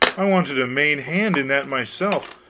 i wanted a main hand in that myself.